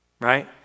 right